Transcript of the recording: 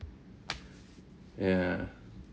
ya